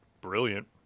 Brilliant